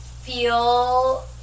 feel